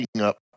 up